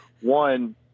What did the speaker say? one